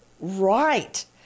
right